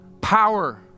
power